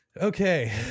Okay